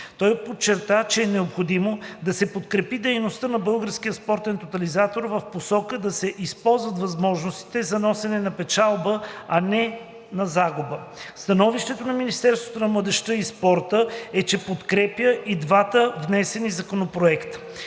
Той подчерта, че е необходимо да се подкрепи дейността на Българския спортен тотализатор в посока да се използват възможностите за носене на печалба, а не на загуба. Становището на Министерството на младежта и спорта е, че подкрепя и двата внесени законопроекта.